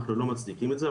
אנחנו לא מצדיקים את זה,